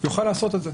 יוכל לעשות את זה.